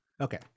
Okay